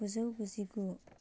गुजौ गुजिगु